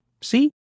See